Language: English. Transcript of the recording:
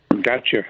Gotcha